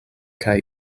kaj